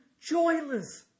joyless